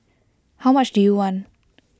how much do you want